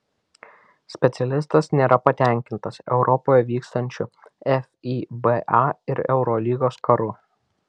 specialistas nėra patenkintas europoje vykstančiu fiba ir eurolygos karu